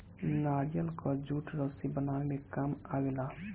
नारियल कअ जूट रस्सी बनावे में काम आवेला